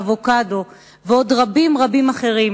אבוקדו ועוד רבים רבים אחרים